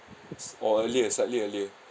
or earlier slightly earlier